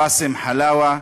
ראסם חלאווה